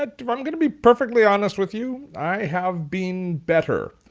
ah if i'm going to be perfectly honest with you, i have been better.